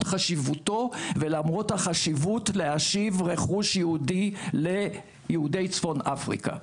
חשיבותו ולמרות החשיבות להשיב רכוש יהודי ליהודי צפון אפריקה.